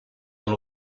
dans